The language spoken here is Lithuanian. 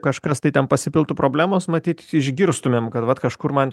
kažkas tai ten pasipiltų problemos matyt išgirstumėm kad vat kažkur man